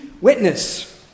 witness